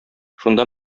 шунда